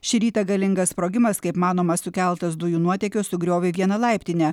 šį rytą galingas sprogimas kaip manoma sukeltas dujų nuotėkio sugriovė vieną laiptinę